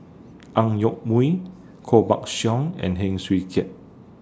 Ang Yoke Mooi Koh Buck Song and Heng Swee Keat